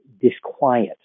disquiet